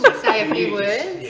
but say a few words,